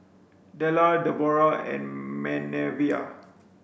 Dellar Deborah and Manervia